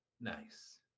Nice